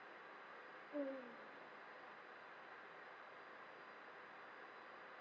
mm